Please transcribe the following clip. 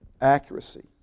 Accuracy